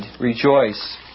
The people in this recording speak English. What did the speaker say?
rejoice